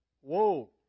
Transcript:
Whoa